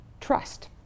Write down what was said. trust